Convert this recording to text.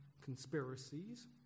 conspiracies